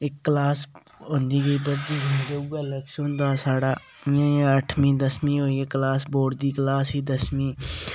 इक क्लास होंदी गेई बद्धदी गेई ते उ'यै लक्ष्य होंदा हा साढ़ा इ'यां इ'यां अट्ठमीं दसमीं होई क्लास बोर्ड दी क्लास ही दसमीं